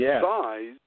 size